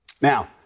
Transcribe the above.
Now